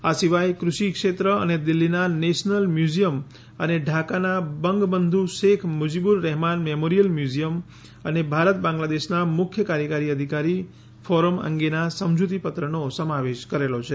આ સિવાય ફષિ ક્ષેત્ર અને દિલ્હીના નેશનલ મ્યુઝિયમ અને ઢાકાનાં બંગબંધુ શેખ મુજીબુર રહેમાન મેમોરિયલ મ્યુઝિયમ અને ભારત બાંગ્લાદેશના મુખ્ય કાર્યકારી અધિકારી ફોરમ અંગેના સમજૂતી પત્રનો સમાવેશ કરેલ છે